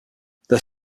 their